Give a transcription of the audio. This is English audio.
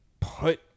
put